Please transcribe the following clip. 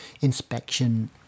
inspection